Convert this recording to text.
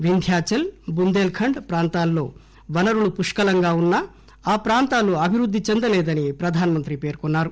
Vindhyachal Bundelkhand ప్రాంతాల్లో వనరులు పుష్కలంగా వున్నా ఆ ప్రాంతాలు అభివృద్ది చెందలేదని ప్రధానమంత్రి పేర్కొన్నారు